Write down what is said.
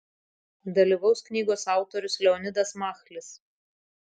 dalyvaus knygos autorius leonidas machlis